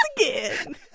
again